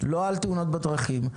לא על תאונות בדרכים.